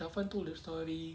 safwan told the story